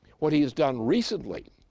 what he has done recently,